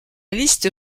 liste